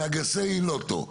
ואגסי לוטו.